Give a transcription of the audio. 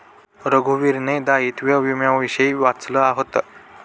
रघुवीरने दायित्व विम्याविषयी वाचलं होतं